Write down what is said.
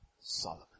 Solomon